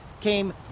came